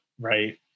right